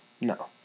No